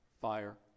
fire